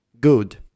good